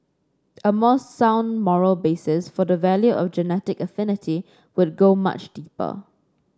a more sound moral basis for the value of genetic affinity would go much deeper